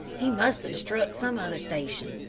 he must have struck some other station.